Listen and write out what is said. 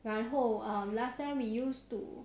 然后 um last time we used to